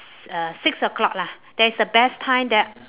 s~ uh six o'clock lah that's the best time that